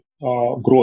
growth